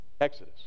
Exodus